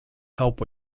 help